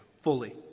fully